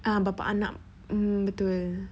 uh bapa anak mm betul